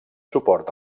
suport